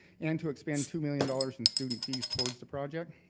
and to expend two million dollars in student fees towards the project.